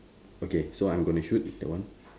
okay so I'm going to shoot that one